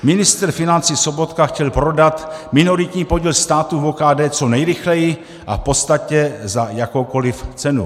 Ministr financí Sobotka chtěl prodat minoritní podíl státu v OKD co nejrychleji a v podstatě za jakoukoliv cenu.